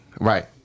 Right